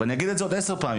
ואני אגיד את זה עוד עשר פעמים.